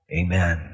Amen